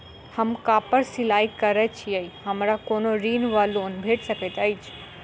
हम कापड़ सिलाई करै छीयै हमरा कोनो ऋण वा लोन भेट सकैत अछि?